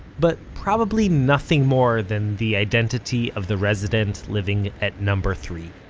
but probably nothing more than the identity of the resident living at number three.